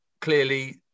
clearly